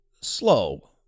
slow